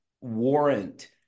warrant